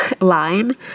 line